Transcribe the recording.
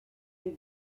est